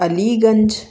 Aliganj